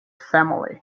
family